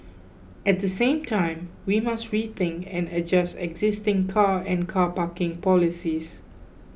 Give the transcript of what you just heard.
at the same time we must rethink and adjust existing car and car parking policies